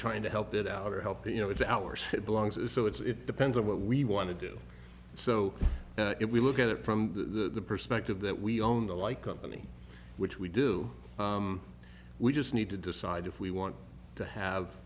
trying to help it out to help you know it's ours it belongs so it's depends on what we want to do so if we look at it from the perspective that we own the like company which we do we just need to decide if we want to have